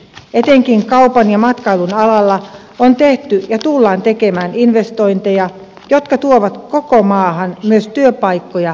etenkin kaupan ja matkailun alalla on tehty ja tullaan tekemään investointeja jotka tuovat koko maahan myös työpaikkoja ja hyvinvointia